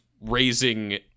raising